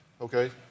Okay